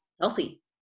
healthy